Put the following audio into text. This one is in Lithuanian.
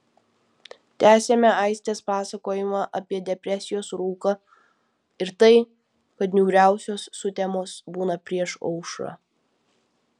tęsiame aistės pasakojimą apie depresijos rūką ir tai kad niūriausios sutemos būna prieš aušrą